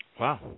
Wow